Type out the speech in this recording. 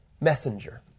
messenger